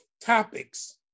topics